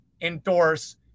endorse